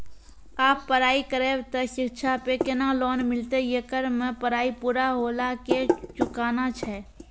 आप पराई करेव ते शिक्षा पे केना लोन मिलते येकर मे पराई पुरा होला के चुकाना छै?